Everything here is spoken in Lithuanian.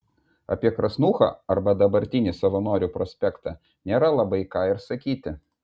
apie krasnūchą arba dabartinį savanorių prospektą nėra labai ką ir sakyti